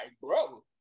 bro